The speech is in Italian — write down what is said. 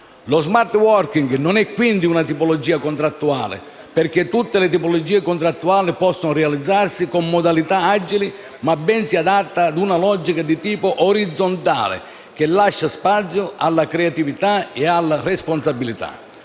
Lo smart working non è quindi una tipologia contrattuale, perché tutte le tipologie contrattuali possono realizzarsi con modalità agili, ma ben si adatta ad una logica di tipo orizzontale, che lascia spazio alla creatività e alla responsabilità.